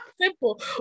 simple